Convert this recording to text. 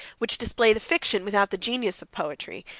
which display the fiction without the genius, of poetry,